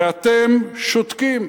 ואתם שותקים.